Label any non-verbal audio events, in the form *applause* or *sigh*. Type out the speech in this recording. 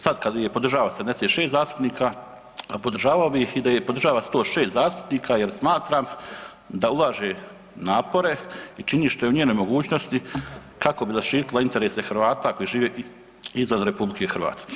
Sad kad je podržava se … *unintelligible* podržavao bih je i da je podržava 106 zastupnika jer smatram da ulaže napore i čini što je u njenoj mogućnosti kako bi zaštitila interese Hrvata koji žive izvan RH.